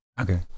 okay